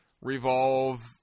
revolve